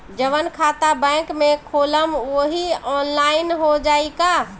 जवन खाता बैंक में खोलम वही आनलाइन हो जाई का?